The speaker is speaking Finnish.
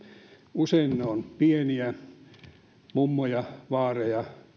usein ne ovat pienituloisia ihmisiä mummoja vaareja